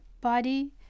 body